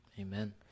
Amen